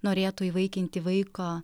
norėtų įvaikinti vaiką